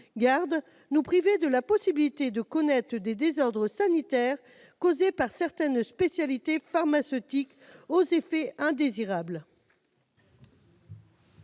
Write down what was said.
garde, nous priver de la possibilité de connaître des désordres sanitaires causés par certaines spécialités pharmaceutiques aux effets indésirables.